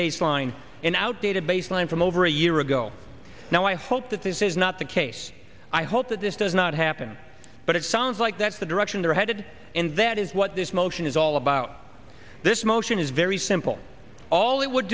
baseline an outdated baseline from over a year ago now i hope that this is not the case i hope that this does not happen but it sounds like that's the direction they're headed in that is what this motion is all about this motion is very simple all it would